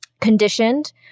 conditioned